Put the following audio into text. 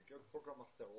שנקראת חוק המחתרות,